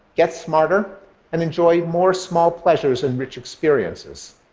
get smarter and enjoy more small pleasures and rich experiences.